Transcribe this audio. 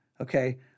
Okay